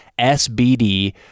SBD